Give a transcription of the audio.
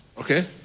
Okay